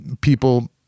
people